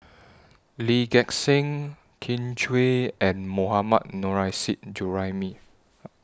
Lee Gek Seng Kin Chui and Mohammad Nurrasyid Juraimi